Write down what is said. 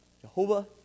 Jehovah